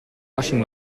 washing